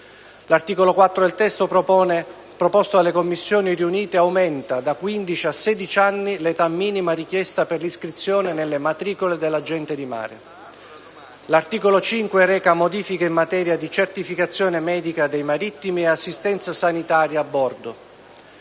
L'articolo 4 del testo proposto dalle Commissioni riunite aumenta da quindici a sedici anni l'età minima richiesta per l'iscrizione nelle matricole della gente di mare. L'articolo 5 reca modifiche in materia di certificazione medica dei marittimi e assistenza sanitaria a bordo.